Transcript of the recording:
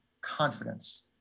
confidence